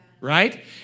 right